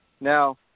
Now